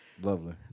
lovely